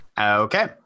Okay